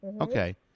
Okay